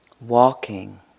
Walking